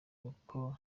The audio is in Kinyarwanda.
kuko